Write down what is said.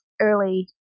early